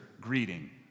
greeting